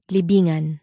Libingan